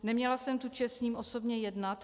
Neměla jsem tu čest s ním osobně jednat.